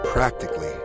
Practically